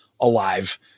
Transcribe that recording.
Alive